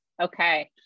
Okay